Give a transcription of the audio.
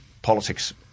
Politics